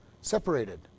Separated